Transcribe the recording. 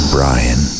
Brian